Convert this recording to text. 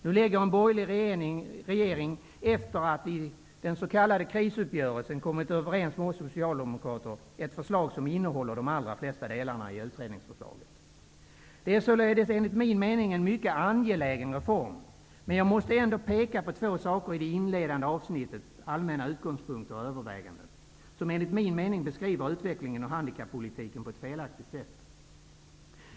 Nu lägger en borgerlig regering, efter att i den s.k. krisuppgörelsen ha kommit överens med oss socialdemokrater, ett förslag som innehåller de allra flesta delarna i utredningsförslaget. Det är således enligt min mening en mycket angelägen reform. Men jag måste ändå peka på två saker i det inledande avsnittet ''Allmänna utgångspunkter och överväganden'' som enligt min mening beskriver utvecklingen av handikappolitiken på ett felaktigt sätt.